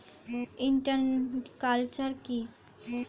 Inter culture কি?